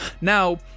Now